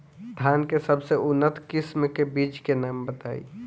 धान के सबसे उन्नत किस्म के बिज के नाम बताई?